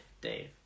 Dave